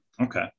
okay